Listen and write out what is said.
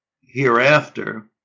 hereafter